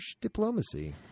diplomacy